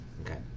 Okay